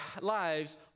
lives